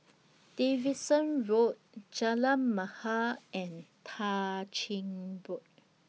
Davidson Road Jalan Mahir and Tah Ching Road